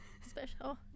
special